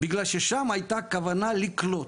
כיוון ששם הייתה הכוונה לקלוט.